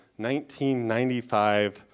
1995